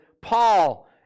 Paul